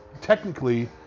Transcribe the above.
technically